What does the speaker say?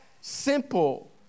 simple